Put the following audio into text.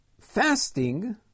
fasting